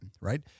right